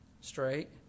straight